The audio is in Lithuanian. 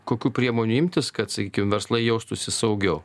kokių priemonių imtis kad sakykime verslai jaustųsi saugiau